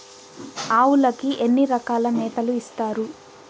ఆవులకి ఎన్ని రకాల మేతలు ఇస్తారు?